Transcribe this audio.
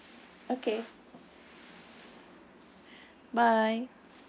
okay bye